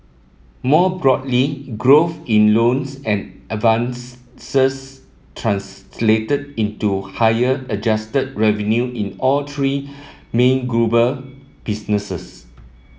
more broadly growth in loans and advance translated into higher adjusted revenue in all three main global businesses